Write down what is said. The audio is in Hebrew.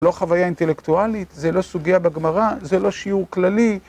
לא חוויה אינטלקטואלית? זה לא סוגיה בגמרא? זה לא שיעור כללי?